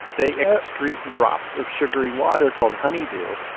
they excrete drops of sugary water called honeydew,